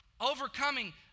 overcoming